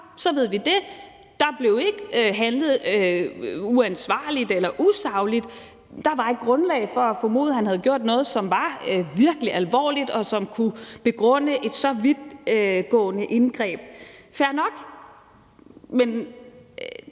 så ved vi det; der blev ikke handlet uansvarligt eller usagligt, der var et grundlag for at formode, at han havde gjort noget, som var virkelig alvorligt, og som kunne begrunde et så vidtgående indgreb. Fair nok. Men